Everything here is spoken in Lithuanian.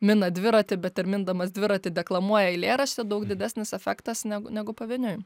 mina dviratį bet ir mindamas dviratį deklamuoja eilėraštį daug didesnis efektas negu negu pavieniui